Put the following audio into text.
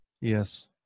Yes